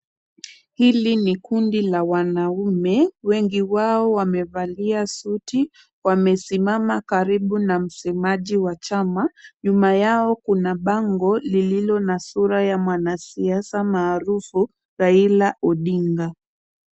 Hili ni kundi la wanaume, wengi wao wamevalia suti. Wamesimama karibu na msemaji wa chama. Nyuma yao kuna bango lililo na sura ya mwanasiasa maarufu Raila Odinga.